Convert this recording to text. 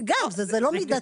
זה לא מידתי.